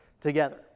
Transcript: together